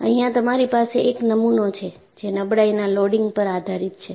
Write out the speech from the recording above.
અહીંયા તમારી પાસે એક નમુનો છે જે નબળાઈના લોડિંગ પર આધારિત છે